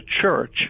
church